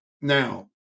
now